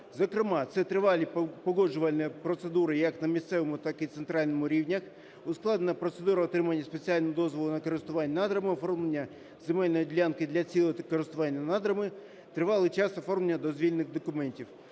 Зокрема, це тривалі погоджувальні процедури як на місцевому, так і центральному рівнях, ускладнена процедура отримання спеціальних дозволів на користування надрами, оформлення земельної ділянки для цілей користування надрами, тривалий час оформлення дозвільних документів.